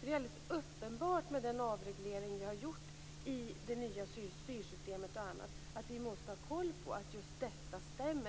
Det är alldeles uppenbart, med den avreglering vi har gjort i det nya styrsystemet, att vi måste ha koll på att detta stämmer.